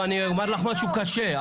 אני אומר לך משהו קשה,